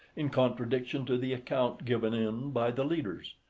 in contradiction to the account given in by the leaders.